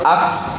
Acts